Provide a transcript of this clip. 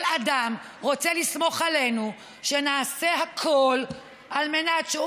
כל אדם רוצה לסמוך עלינו שנעשה הכול על מנת שכשהוא